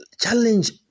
challenge